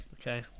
okay